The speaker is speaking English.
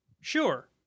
Sure